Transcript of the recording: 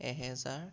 এহেজাৰ